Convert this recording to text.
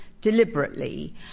deliberately